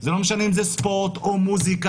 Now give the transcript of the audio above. זה לא משנה אם זה ספורט או מוזיקה,